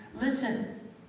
Listen